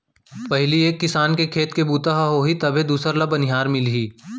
पहिली एक किसान के खेत के बूता ह होही तभे दूसर ल बनिहार मिलही